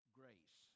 grace